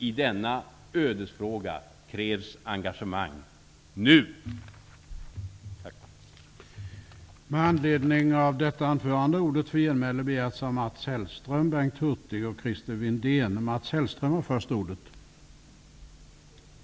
I denna ödesfråga krävs engagemang -- nu.